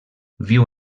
viu